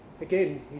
Again